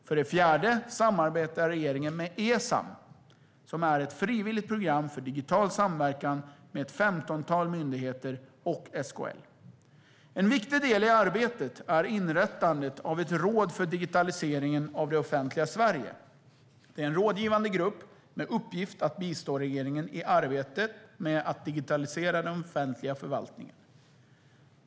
För det fjärde samarbetar regeringen med e-Sam, som är ett frivilligt program för digital samverkan med ett femtontal myndigheter och SKL. En viktig del i arbetet är inrättandet av ett råd för digitaliseringen av det offentliga Sverige. Det är en rådgivande grupp med uppgift att bistå regeringen i arbetet med att digitalisera den offentliga förvaltningen.